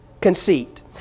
conceit